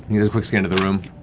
he does a quick scan of the room.